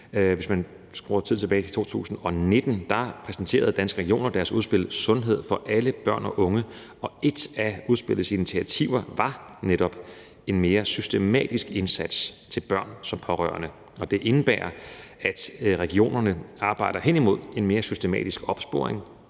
Hvis man skruer tiden tilbage til 2019, præsenterede Danske Regioner her deres udspil »Sundhed for alle børn og unge«, og et af udspillets initiativer var netop en mere systematisk indsats til børn som pårørende. Og det indebærer, at regionerne arbejder hen imod en mere systematisk opsporing